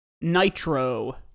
nitro